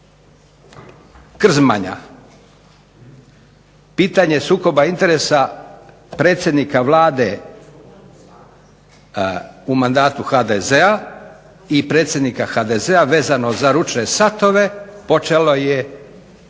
krzmanja pitanje sukoba interesa predsjednika Vlade u mandatu HDZ-a i predsjednika HDZ-a vezano za ručne satove počelo je